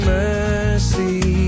mercy